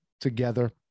together